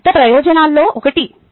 అది పెద్ద ప్రయోజనాల్లో ఒకటి